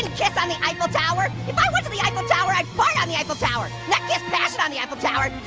kiss on the eiffel tower. if i went to the eiffel tower, i'd fart on the eiffel tower. not kiss passion on the eiffel tower.